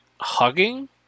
hugging